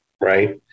Right